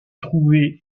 trouvait